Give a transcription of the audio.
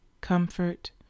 comfort